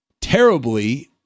terribly